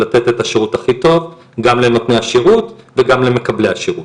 לתת את השירות הכי טוב גם לנותני השירות וגם למקבלי השירות.